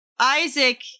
Isaac